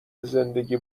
زندگی